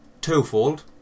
Twofold